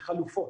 חלופות.